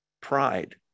pride